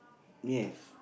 yes